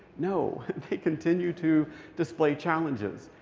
no. they continue to display challenges.